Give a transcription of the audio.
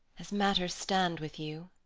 as matters stand with you.